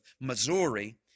Missouri